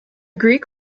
greek